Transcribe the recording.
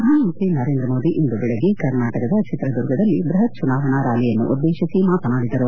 ಪ್ರಧಾನಮಂತ್ರಿ ನರೇಂದ್ರಮೋದಿ ಇಂದು ಬೆಳಗ್ಗೆ ಕರ್ನಾಟಕದ ಚಿತ್ರದುರ್ಗದಲ್ಲಿ ಬ್ಬಹತ್ ಚುನಾವಣಾ ರ್ನಾಲಿಯನ್ನುದ್ದೇಶಿಸಿ ಮಾತನಾಡಿದರು